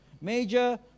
major